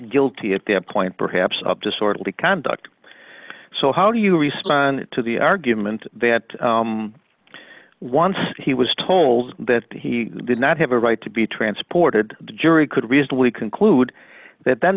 guilty at that point perhaps of disorderly conduct so how do you respond to the argument that once he was told that he did not have a right to be transported the jury could reasonably conclude that then